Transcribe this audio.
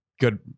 Good